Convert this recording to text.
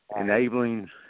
enabling